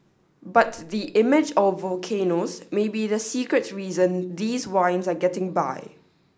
but the image of volcanoes may be the secret reason these wines are getting buy